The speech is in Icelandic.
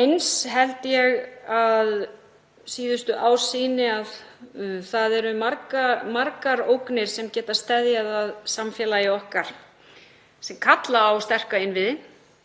Eins held ég að síðustu ár sýni að það eru margar ógnir sem geta steðjað að samfélagi okkar sem kalla á sterka innviði,